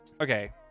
okay